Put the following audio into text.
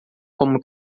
como